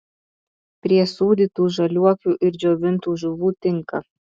prie sūdytų žaliuokių ir džiovintų žuvų tinka